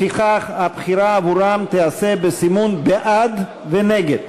לפיכך, הבחירה עבורם תיעשה בסימון בעד ונגד.